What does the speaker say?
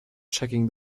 checking